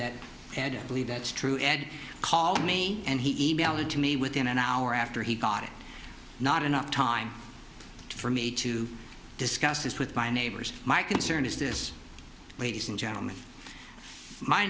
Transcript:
that believe that's true ed called me and he e mailed it to me within an hour after he got it not enough time for me to discuss this with my neighbors my concern is this ladies and gentlemen my